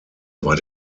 war